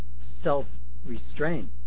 self-restraint